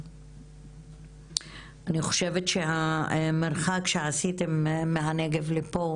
אני חושבת שהמרחק שעשיתם מהנגב עד לפה